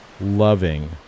loving